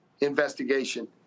investigation